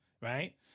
right